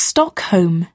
Stockholm